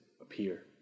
appear